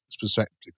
perspective